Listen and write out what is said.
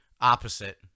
opposite